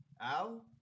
Al